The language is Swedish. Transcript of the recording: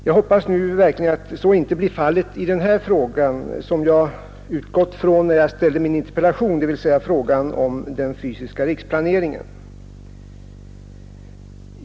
Jag hoppas nu verkligen att så inte blir fallet i den fråga jag närmast utgått från när jag ställde min interpellation, nämligen den fysiska riksplaneringen.